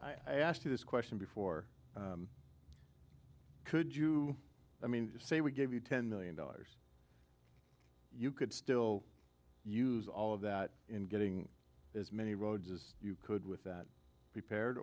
i asked you this question before could you i mean say we give you ten million dollars you could still use all of that in getting as many roads as you could with that prepared